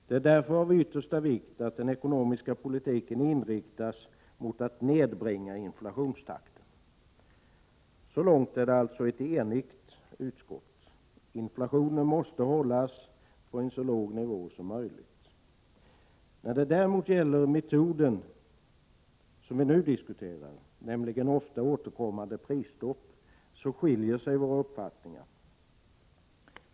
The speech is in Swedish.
Det är därför av yttersta vikt att den ekonomiska politiken inriktas mot att nedbringa inflationstakten.” Så långt är det alltså ett enigt utskott. Inflationen måste hållas på en så låg nivå som möjligt. När det däremot gäller metoden som vi nu diskuterar, nämligen ofta återkommande prisstopp, skiljer sig våra uppfattningar.